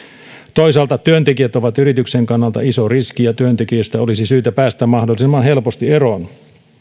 toisaalta työntekijät ovat yrityksen kannalta iso riski ja työntekijöistä olisi syytä päästä mahdollisimman helposti eroon